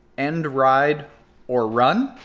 end ride or run.